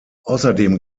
außerdem